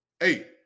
Eight